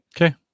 Okay